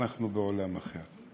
אנחנו בעולם אחר,